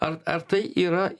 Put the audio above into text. ar ar tai yra